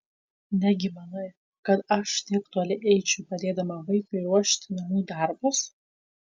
negi manai kad aš tiek toli eičiau padėdama vaikiui ruošti namų darbus